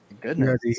Goodness